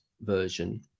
version